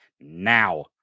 now